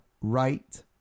right